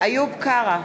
איוב קרא,